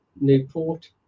Newport